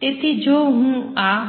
તેથી જો હું આ